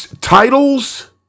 titles